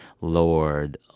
Lord